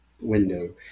window